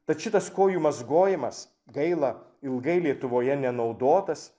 tad šitas kojų mazgojimas gaila ilgai lietuvoje nenaudotas